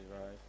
right